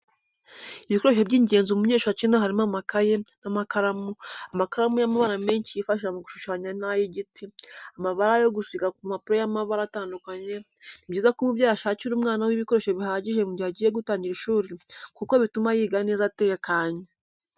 Ibikoresho by'ingenzi umunyeshuri akenera harimo amakaye n'amakaramu, amakaramu y'amabara menshi yifashisha mu gushushanya n'ay'igiti, amarangi yo gusiga ku mpapuro y'amabara atandukanye, ni byiza ko umubyeyi ashakira umwana we ibikoresho bihagije mu gihe agiye gutangira ishuri kuko bituma yiga neza atekanye.